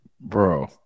Bro